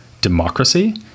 Democracy